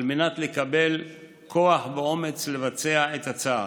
על מנת לקבל כוח ואומץ לבצע את הצעד.